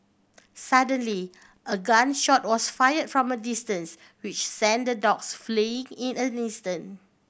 suddenly a gun shot was fire from a distance which sent the dogs fleeing in an instant